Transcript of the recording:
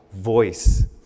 voice